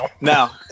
now